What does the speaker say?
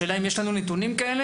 השאלה היא אם יש לנו נתונים כאלה?